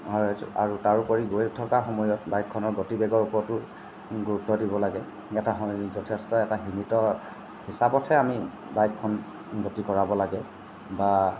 তাৰ উপৰি গৈ থকা সময়ত বাইকখনৰ গতি বেগৰ ওপৰতো গুৰুত্ব দিব লাগে এটা যথেষ্ট এটা সীমিত হিচাপতহে আমি বাইকখন গতি কৰাব লাগে বা